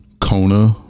Kona